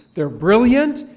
they're brilliant,